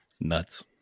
nuts